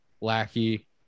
Lackey